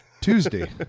Tuesday